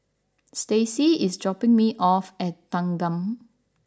Stacie is dropping me off at Thanggam